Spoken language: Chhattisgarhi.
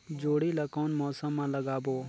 जोणी ला कोन मौसम मा लगाबो?